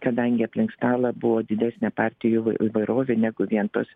kadangi aplink stalą buvo didesnė partijų įvairovė negu vien tos